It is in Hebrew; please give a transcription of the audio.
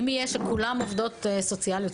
אם כולן עובדות סוציאליות,